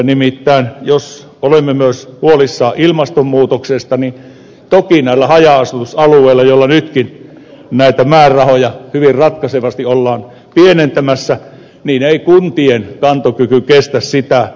nimittäin jos olemme huolissamme myös ilmastonmuutoksesta niin toki näillä haja asutusalueilla joilla nytkin näitä määrärahoja hyvin ratkaisevasti ollaan pienentämässä ei kuntien kantokyky kestä sitä